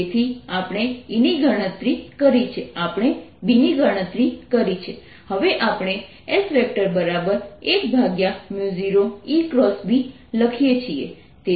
તેથી આપણે E ની ગણતરી કરી છે આપણે B ની ગણતરી કરી છે હવે આપણે S10 EB લખીએ છીએ